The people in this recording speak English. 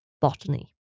botany